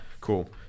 Cool